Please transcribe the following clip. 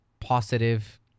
positive